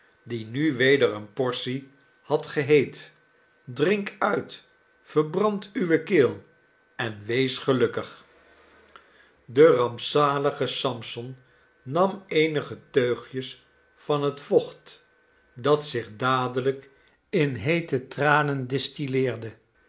de dwerg dienuweder eene portie had geheet drink uit verbrand uwe keel en wees gelukkig de rampzalige sampson nam eenige teugjes van het vocht dat zich dadelijk in heete tranen distilleerde